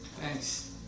Thanks